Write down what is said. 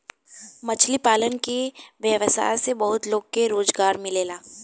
मछली पालन के व्यवसाय से बहुत लोग के रोजगार मिलेला